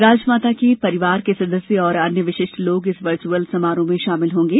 राजमाता के परिवार के सदस्य और अन्य विशिष्ट लोग इस वर्चुअल समारोह में शामिल होंगे